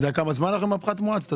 אתה יודע כמה זמן אנחנו עם הפחת המואץ?